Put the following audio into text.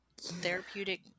Therapeutic